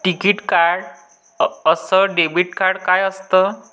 टिकीत कार्ड अस debit card काय असत?